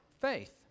faith